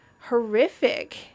horrific